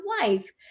life